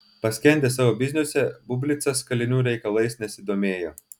paskendęs savo bizniuose bublicas kalinių reikalais nesidomėjo